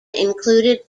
included